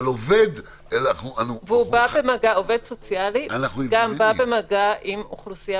עובד סוציאלי גם בא במגע עם אוכלוסייה